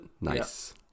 Nice